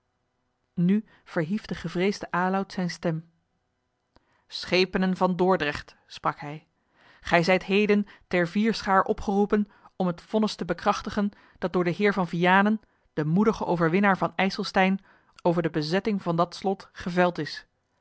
nu verhief de gevreesde aloud zijne stem schepenen van dordrecht sprak hij gij zijt heden ter vierschaar opgeroepen om het vonnis te bekrachtigen dat door den heer van vianen den moedigen overwinnaar van ijselstein over de bezetting van dat slot geveld is